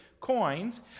coins